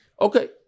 Okay